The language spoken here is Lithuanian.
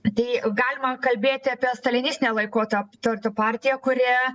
tei galima kalbėti apie stalinistinio laikotap tarp partiją kuri